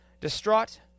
Distraught